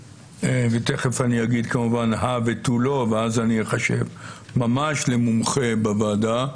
ותכף אני אגיד כמובן הא ותו לא ואז אני אחשב ממש למומחה בוועדה,